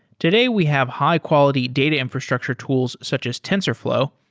today we have high-quality data infrastructure tools such as tensorflow,